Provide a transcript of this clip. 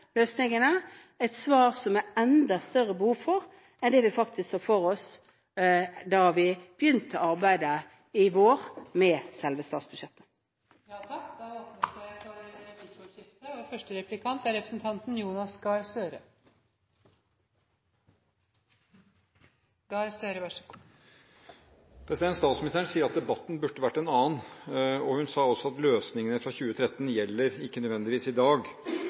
et svar på begge disse utfordringene – et svar som det faktisk er et enda større behov for enn det vi så for oss da vi begynte arbeidet i vår med selve statsbudsjettet. Det blir replikkordskifte. Statsministeren sier at debatten burde vært en annen, og hun sa også at løsningene fra 2013 ikke nødvendigvis gjelder i dag,